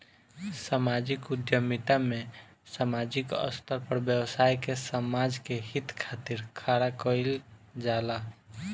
सामाजिक उद्यमिता में सामाजिक स्तर पर व्यवसाय के समाज के हित खातिर खड़ा कईल जाला